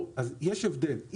חשוב מאוד להבין, כי יש הבדל.